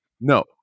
no